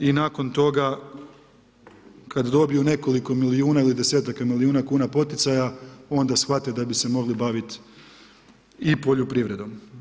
I nakon toga, kad dobiju nekoliko milijuna ili desetaka milijuna kuna poticaja, onda shvate da bi se mogli baviti i poljoprivredom.